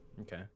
Okay